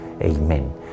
Amen